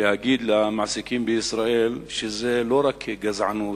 להגיד למעסיקים בישראל שזה לא רק גזענות.